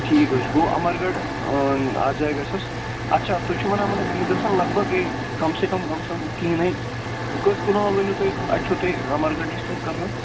ٹھیٖک حظ چھُ گوٚو اَمَرگَنٛڈۍ اَتھ جایہِ گژھٮ۪س اچھا تُہۍ چھِو وَنان مطلب أمِس گژھن لگ بگ کَم سے کَم کَم سے کَم کِہیٖنۍ کٔژ کنال ؤنِو تُہۍ اَتہِ چھُو تۄہہِ اَمرگَنٛڈۍ نِش کٔژ کنال